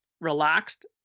relaxed